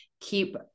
keep